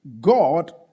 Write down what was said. God